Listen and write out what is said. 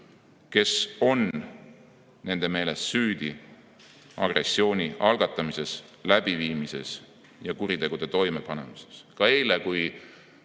kes on nende meelest süüdi agressiooni algatamises ja kuritegude toimepanemises. Ka eile, kui